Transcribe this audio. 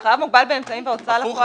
כשחייב מוגבל באמצעים בהוצאה לפועל